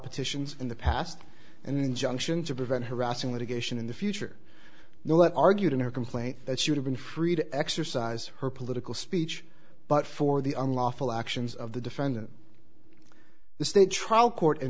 petitions in the past and injunction to prevent harassing litigation in the future let argued in her complaint that should have been free to exercise her political speech but for the unlawful actions of the defendant the state trial court in